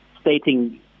stating